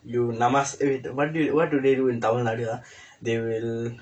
you namas~ what do what do they do in tamilnadu ah they will